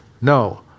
No